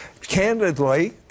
candidly